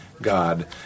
God